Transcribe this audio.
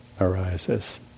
arises